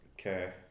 Okay